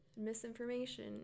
misinformation